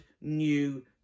new